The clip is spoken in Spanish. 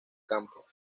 campo